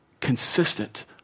consistent